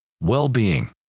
well-being